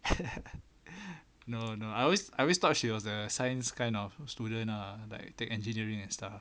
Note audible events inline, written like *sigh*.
*laughs* no no I always I always thought she was a science kind of student ah like take engineering and stuff